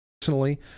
personally